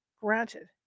Granted